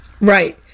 Right